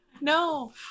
No